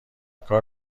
کار